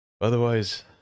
Otherwise